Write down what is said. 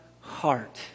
heart